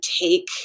take